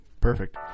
Perfect